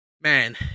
Man